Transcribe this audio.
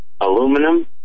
aluminum